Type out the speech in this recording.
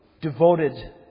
devoted